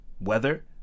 weather